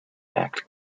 backed